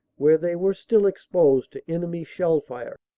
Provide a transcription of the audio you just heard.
where they were still exposed to enemy shell fire.